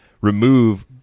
remove